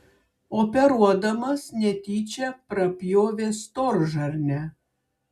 operuodamas netyčia prapjovė storžarnę